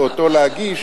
ואותו להגיש,